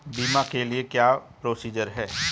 बीमा के लिए क्या क्या प्रोसीजर है?